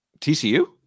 TCU